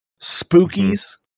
Spookies